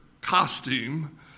costume